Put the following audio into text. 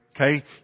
okay